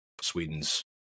Sweden's